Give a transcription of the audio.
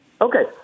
Okay